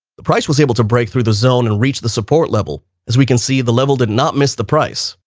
the price was able to break through the zone and reach the support level. as we can see, the level did not miss the price.